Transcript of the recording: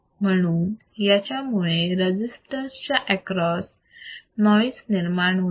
म्हणून याच्यामुळे रजिस्टन्स च्या एक्रॉस नॉईज निर्माण होतो